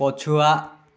ପଛୁଆ